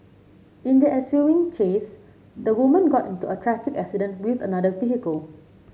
in the ensuing chase the woman got into a traffic accident with another vehicle